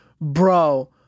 bro